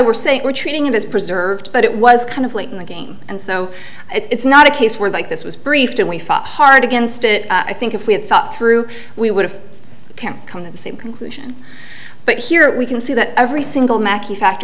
saying we're treating it as preserved but it was kind of late in the game and so it's not a case where like this was briefed and we fought hard against it i think if we had thought through we would have can't come to the same conclusion but here we can see that every single makea factor